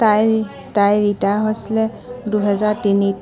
তাইৰ তাইৰ ৰিটায়াৰ হৈছিলে দুহেজাৰ তিনিত